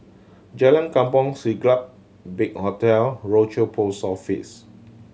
Jalan Kampong Siglap Big Hotel Rochor Post Office